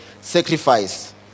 sacrifice